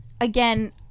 Again